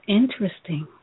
interesting